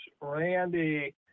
Randy